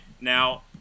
now